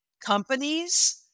companies